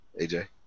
AJ